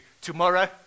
Tomorrow